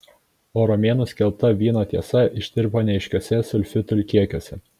o romėnų skelbta vyno tiesa ištirpo neaiškiuose sulfitų kiekiuose